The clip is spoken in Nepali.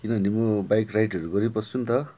किनभने म बाइक राइडहरू गरिबस्छु नि त